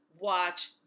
Watch